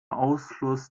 ausschluss